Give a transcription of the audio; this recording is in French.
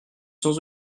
sans